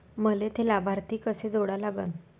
मले थे लाभार्थी कसे जोडा लागन?